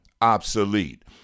obsolete